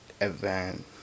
event